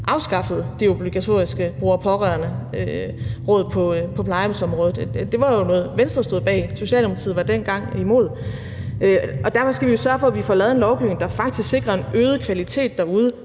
afskaffede de obligatoriske bruger-pårørende-råd på plejehjemsområdet. Det var jo noget, Venstre stod bag. Socialdemokratiet var dengang imod. Derfor skal vi jo sørge for, at vi får lavet en lovgivning, der faktisk sikrer en øget kvalitet derude